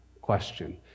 question